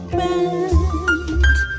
meant